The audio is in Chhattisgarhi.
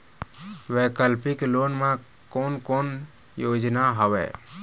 वैकल्पिक लोन मा कोन कोन योजना हवए?